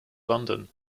london